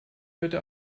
heute